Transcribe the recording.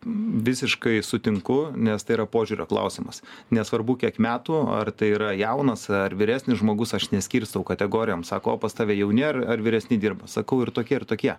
visiškai sutinku nes tai yra požiūrio klausimas nesvarbu kiek metų ar tai yra jaunas ar vyresnis žmogus aš neskirstau kategorijom sako o pas tave jauni ar ar vyresni dirba sakau ir tokie ir tokie